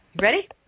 ready